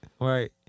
right